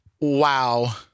Wow